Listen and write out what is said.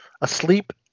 Asleep